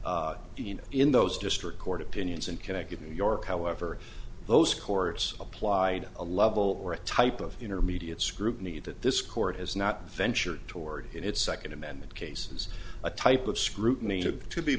in those district court opinions and connected new york however those courts applied a level or a type of intermediate scrutiny that this court has not ventured toward in its second amendment cases a type of scrutiny to be